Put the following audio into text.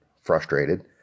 frustrated